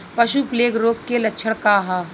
पशु प्लेग रोग के लक्षण का ह?